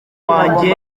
wanjye